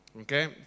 Okay